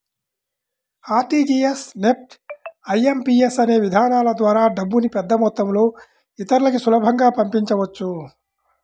RTGS, NEFT, IMPS అనే విధానాల ద్వారా డబ్బుని పెద్దమొత్తంలో ఇతరులకి సులభంగా పంపించవచ్చు